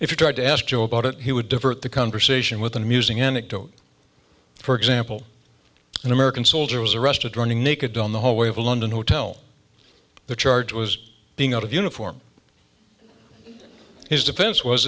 if you tried to ask joe about it he would divert the conversation with an amusing anecdote for example an american soldier was arrested running naked on the hallway of a london hotel the charge was being out of uniform his defense was